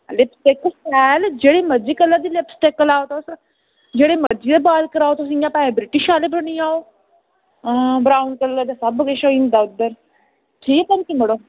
ते शैल जेह्ड़े मर्जी कलर दी लिपस्टिक लाओ तुस जनेह मर्जी बाल कराओ तुस भांऐं ब्रिटिश बनी जाओ तुस आं ब्राऊन कलर सब किश होई जंदा इत्थें ठीक भैन जी मड़ो